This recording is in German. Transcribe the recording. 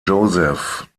joseph